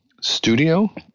studio